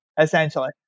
Essentially